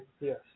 Yes